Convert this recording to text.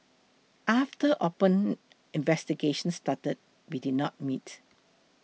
after open investigations started we did not meet